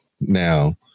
Now